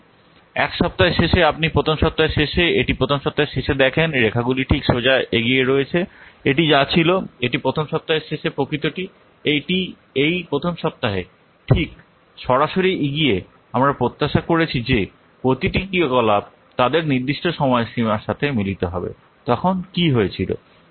1 সপ্তাহের শেষে আপনি প্রথম সপ্তাহের শেষে এটি প্রথম সপ্তাহের শেষে দেখেন রেখাগুলি ঠিক সোজা এগিয়ে রয়েছে এটি যা ছিল এটি 1 ম সপ্তাহের প্রকৃতটি এই 1 ম সপ্তাহে ঠিক সরাসরি এগিয়ে আমরা প্রত্যাশা করেছি যে প্রতিটি ক্রিয়াকলাপ তাদের নির্দিষ্ট সময়সীমার সাথে মিলিত হবে তখন কি হয়েছিল